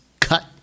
cut